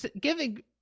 giving